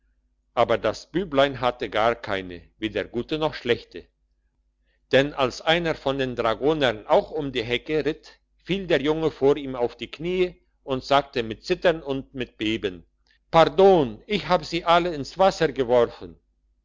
aber das büblein hatte gar keine weder gute noch schlechte denn als einer von den dragonern auch um die hecke ritt fiel der junge vor ihm auf die knie und sagte mit zittern und mit beben pardon ich hab sie alle ins wasser geworfen